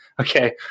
okay